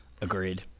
Agreed